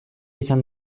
izan